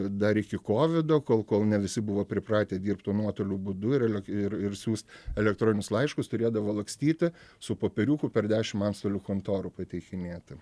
dar iki kovido kol kol ne visi buvo pripratę dirbt tuo nuotoliu būdu ir ele ir ir siųsti elektroninius laiškus turėdavo lakstyti su popieriuku per dešimt antstolių kontorų pateikinėti